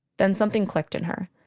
then something clicked in her.